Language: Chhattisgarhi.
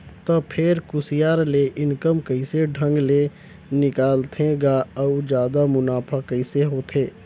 त फेर कुसियार ले इनकम कइसे ढंग ले निकालथे गा अउ जादा मुनाफा कइसे होथे